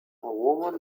woman